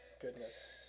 Goodness